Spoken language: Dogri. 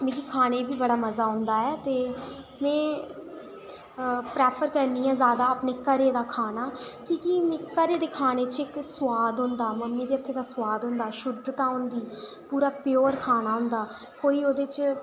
मिगी खाने गी बी बड़ा मजा औंदा ऐ ते में प्रैफर करनी आं जैदा घरै दा खाना की के मिगी घरै दे खाने च इक सुआद होंदा मम्मीं दे हत्थें दा सुआद होंदा शुद्धता होंदी पूरा प्योर खाना होंदा कोई औदे च